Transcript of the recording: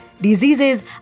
diseases